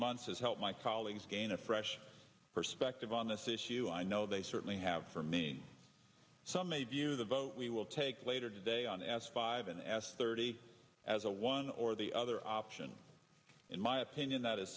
months has helped my colleagues gain a fresh perspective on this issue i know they certainly have for me some a due the vote we will take later today on s five an s they're ready as a one or the other option in my opinion that is